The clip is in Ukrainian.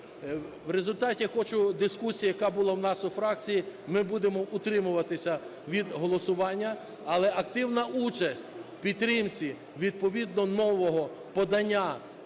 В результаті дискусії, яка у нас була у фракції, ми будемо утримуватися від голосування. Але активна участь у підтримці відповідного нового подання